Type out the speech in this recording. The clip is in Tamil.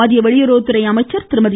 மத்திய வெளியுறவுத்துறை அமைச்சர் திருமதி